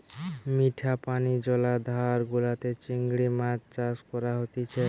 মিঠা পানি জলাধার গুলাতে চিংড়ি মাছ চাষ করা হতিছে